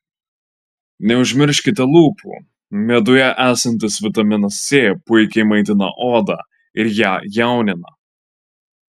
neužmirškite lūpų meduje esantis vitaminas c puikiai maitina odą ir ją jaunina